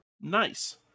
nice